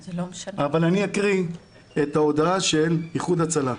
אבל אני אקריא את ההודעה של איחוד ההצלה: